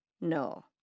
no